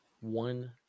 One